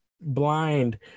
blind